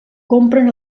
compren